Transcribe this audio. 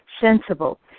Sensible